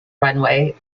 runway